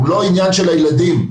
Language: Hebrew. לא ענין של הילדים.